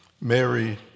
Mary